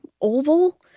oval